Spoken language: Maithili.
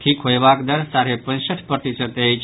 ठीक होयबाक दर साढ़े पैंसठ प्रतिशत अछि